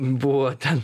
buvo ten